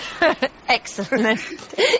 Excellent